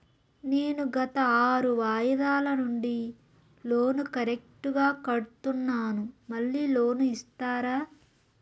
నేను గత ఆరు వాయిదాల నుండి లోను కరెక్టుగా కడ్తున్నాను, మళ్ళీ లోను ఇస్తారా?